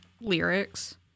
lyrics